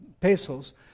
pesos